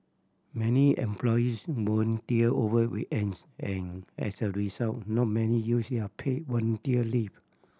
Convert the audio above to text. many employees volunteer over weekends and as a result not many use their paid volunteer leap